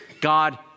God